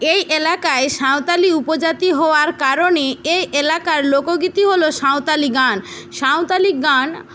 এই এলাকায় সাঁওতালি উপজাতি হওয়ার কারণে এই এলাকার লোকগীতি হল সাঁওতালি গান সাঁওতালি গান